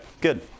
good